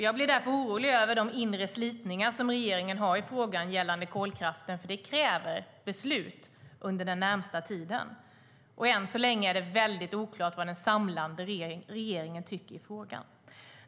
Jag blir därför orolig över de inre slitningar som finns i regeringen gällande kolkraften, för det kräver beslut under den närmaste tiden. Än så länge är det väldigt oklart vad den samlade regeringen tycker i frågan.